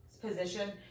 position